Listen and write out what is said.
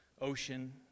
ocean